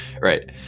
right